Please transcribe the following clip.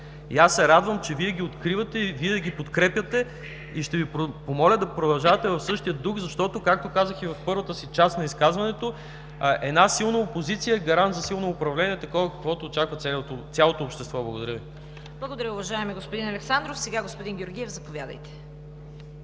Аз се радвам, че Вие ги откривате и ги подкрепяте. Ще Ви помоля да продължавате в същия дух, защото, както казах и в първата част на изказването си, една силна опозиция е гарант за силно управление, каквото очаква цялото общество. Благодаря Ви. ПРЕДСЕДАТЕЛ ЦВЕТА КАРАЯНЧЕВА: Благодаря Ви, уважаеми господин Александров. Господин Георгиев, заповядайте.